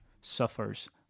suffers